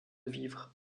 vivre